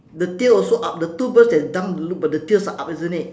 the tail also up the two birds that's down look but the tails are up isn't it